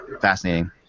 fascinating